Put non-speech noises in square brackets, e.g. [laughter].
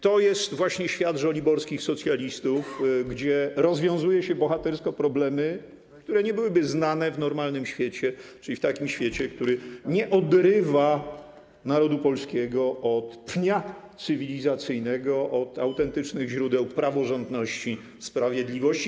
To jest właśnie świat żoliborskich socjalistów, gdzie rozwiązuje się bohatersko problemy, które nie byłyby znane w normalnym świecie, czyli w takim świecie, który nie odrywa narodu polskiego od pnia cywilizacyjnego, [noise] od autentycznych źródeł praworządności, sprawiedliwości.